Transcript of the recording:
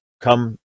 come